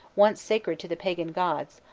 once sacred to the pagan gods,